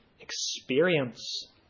experience